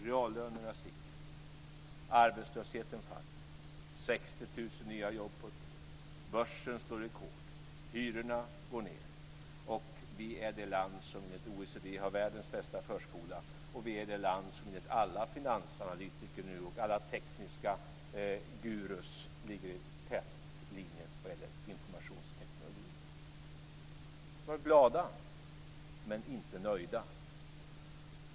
Reallönerna stiger, arbetslösheten faller, 60 000 nya jobb har tillkommit på ett år, börsen slår rekord och hyrorna går ned. Vi är det land som enligt OECD har världens bästa förskola. Vi är det land som enligt alla finansanalytiker och alla tekniska guruer ligger i tätlinjen vad gäller informationstekniken. Var glada, men inte nöjda!